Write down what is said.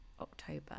October